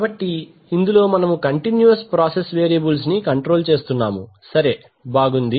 కాబట్టి ఇందులో మనము కంటిన్యూస్ ప్రాసెస్ వేరియబుల్స్ ని కంట్రోల్ చేస్తున్నాము సరే బాగుంది